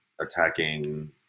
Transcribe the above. attacking